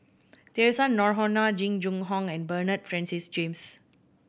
Theresa Noronha Jing Jun Hong and Bernard Francis James